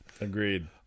Agreed